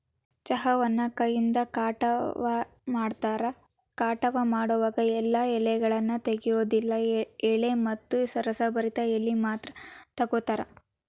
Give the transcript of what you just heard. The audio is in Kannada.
ಚಹಾವನ್ನು ಕೈಯಿಂದ ಕಟಾವ ಮಾಡ್ತಾರ, ಕಟಾವ ಮಾಡೋವಾಗ ಎಲ್ಲಾ ಎಲೆಗಳನ್ನ ತೆಗಿಯೋದಿಲ್ಲ ಎಳೆ ಮತ್ತ ರಸಭರಿತ ಎಲಿ ಮಾತ್ರ ತಗೋತಾರ